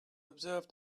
observe